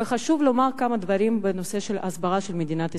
וחשוב לומר כמה דברים בנושא של ההסברה של מדינת ישראל.